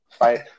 right